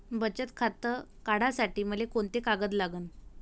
बचत खातं काढासाठी मले कोंते कागद लागन?